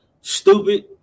stupid